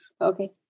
Okay